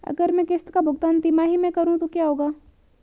अगर मैं किश्त का भुगतान तिमाही में करूं तो क्या होगा?